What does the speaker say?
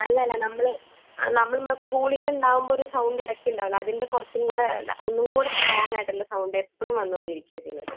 അല്ല അല്ല നമ്മൾ ആ നമ്മൾ ഈ കൂളിംഗ് ഉണ്ടാകുമ്പോൾ ഒരു സൗണ്ട് ഇടയ്ക്ക് ഉണ്ടാവൂലെ അത് കുറച്ചും കൂടെ ഒന്നും കൂട സ്ട്രോംഗ് ആയിട്ട് ഉള്ള സൗണ്ട് എപ്പോഴും വന്നോണ്ട് ഇരിക്കാ ചെയ്യുന്നത്